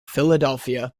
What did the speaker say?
philadelphia